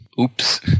Oops